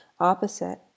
opposite